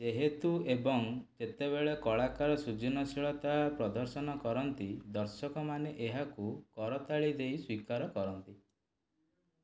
ଯେହେତୁ ଏବଂ ଯେତେବେଳେ କଳାକାର ସୃଜନଶୀଳତା ପ୍ରଦର୍ଶନ କରନ୍ତି ଦର୍ଶକମାନେ ଏହାକୁ କରତାଳି ଦେଇ ସ୍ୱୀକାର କରନ୍ତି